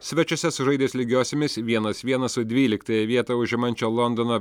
svečiuose sužaidęs lygiosiomis vienas vienas su dvyliktąją vietą užimančia londono